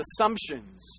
assumptions